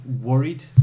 worried